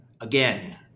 again